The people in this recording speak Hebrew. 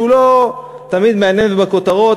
שהוא לא תמיד בכותרות.